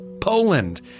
Poland